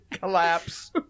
Collapse